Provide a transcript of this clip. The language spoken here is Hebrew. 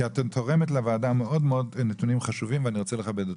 כי את תורמת לוועדה בנתונים מאוד מאוד חשובים ואני רוצה לכבד אותך.